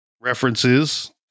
references